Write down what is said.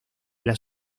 las